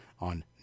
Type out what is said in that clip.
on